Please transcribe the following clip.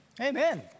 Amen